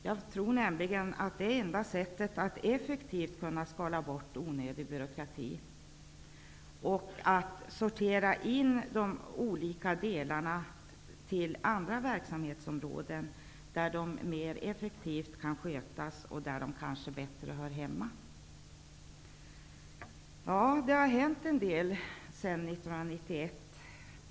Jag tror nämligen att det är det enda sättet att effektivt skala bort onödig byråkrati och att sortera in de olika delarna i andra verksamhetsområden, där de kan skötas mer effektivt och där de kanske hör hemma bättre. Det har hänt en del sedan 1991.